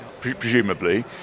presumably